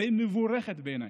והיא מבורכת בעיניי,